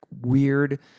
weird